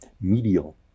medial